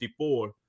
54